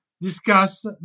discuss